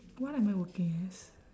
what am I working as